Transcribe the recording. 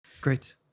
Great